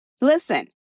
Listen